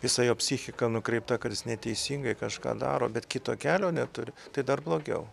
visa jo psichika nukreipta kad jis neteisingai kažką daro bet kito kelio neturi tai dar blogiau